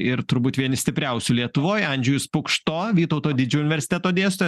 ir turbūt vieni stipriausių lietuvoj andžejus pukšto vytauto didžiojo universiteto dėstytojas